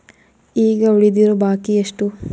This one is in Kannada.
ಈಗ ಉಳಿದಿರೋ ಬಾಕಿ ಎಷ್ಟು?